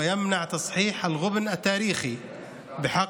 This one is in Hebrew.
והוא מונע את תיקון העוול ההיסטורי כלפי התושבים הבדואים,